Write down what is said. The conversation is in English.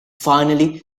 finally